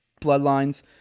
bloodlines